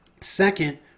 Second